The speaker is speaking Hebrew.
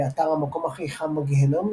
באתר "המקום הכי חם בגיהנום",